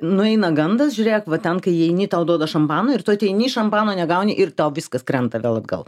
nueina gandas žiūrėk va ten kai įeini tau duoda šampano ir tu ateini šampano negauni ir tau viskas krenta vėl atgal